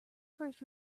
first